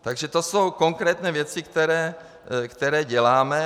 Takže to jsou konkrétní věci, které děláme.